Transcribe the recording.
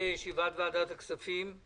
ישיבת ועדת הכספים.